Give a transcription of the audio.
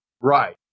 Right